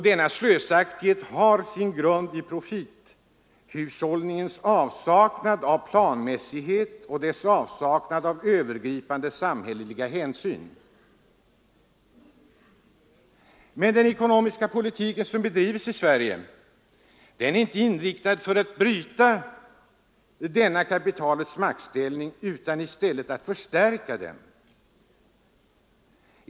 Denna slösaktighet har sin grund i profithushållningens avsaknad av planmässighet och av övergripande samhälleliga hänsyn. Men den ekonomiska kritik som bedrivs i Sverige är inte inriktad på att bryta denna kapitalets maktställning utan i stället på att förstärka den.